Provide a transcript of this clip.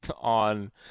on